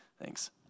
Thanks